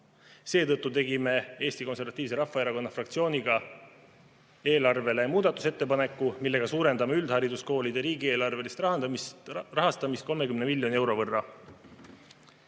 Seetõttu tegime Eesti Konservatiivse Rahvaerakonna fraktsiooniga eelarve kohta muudatusettepaneku, millega suurendame üldhariduskoolide riigieelarvelist rahastamist 30 miljoni euro